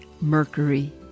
Mercury